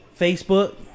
Facebook